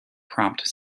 prompt